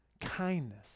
Kindness